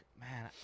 Man